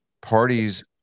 parties